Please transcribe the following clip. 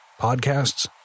Podcasts